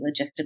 logistical